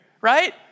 right